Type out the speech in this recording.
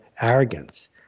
arrogance